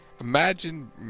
Imagine